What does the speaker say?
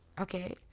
Okay